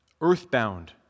earthbound